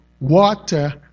water